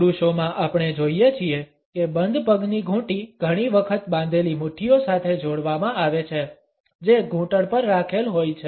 પુરૂષોમાં આપણે જોઈએ છીએ કે બંધ પગની ઘૂંટી ઘણી વખત બાંધેલી મુઠ્ઠીઓ સાથે જોડવામાં આવે છે જે ઘૂંટણ પર રાખેલ હોય છે